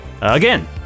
again